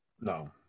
No